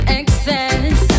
excess